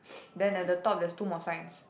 then at the top there's two more signs